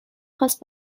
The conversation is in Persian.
خواست